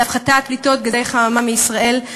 להפחתת פליטות גזי חממה מישראל.